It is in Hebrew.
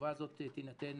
שהתשובה הזאת תינתן